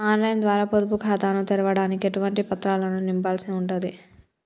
On line ద్వారా పొదుపు ఖాతాను తెరవడానికి ఎటువంటి పత్రాలను నింపాల్సి ఉంటది?